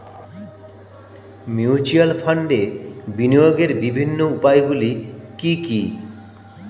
Mutual ফান্ডে বিনিয়োগের বিভিন্ন উপায়গুলি কি কি?